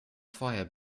vorher